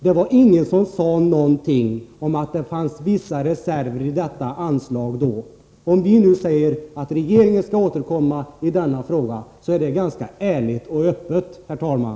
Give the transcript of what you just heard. Det var ingen som sade någonting då om att det fanns vissa reserver i detta anslag. Om vi nu säger att regeringen skall återkomma i denna fråga är det ganska ärligt och öppet, herr talman.